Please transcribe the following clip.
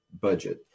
budget